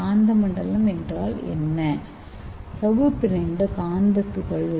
காந்தமண்டலம் என்றால் சவ்வு பிணைந்த காந்த துகள்கள்